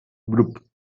group